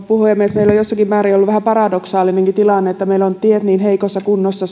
puhemies meillä on jossakin määrin ollut vähän paradoksaalinenkin tilanne että meillä suomessa ovat tiet niin heikossa kunnossa